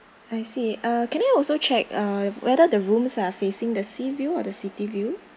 I see uh can I also check uh whether the rooms are facing the sea view or the city view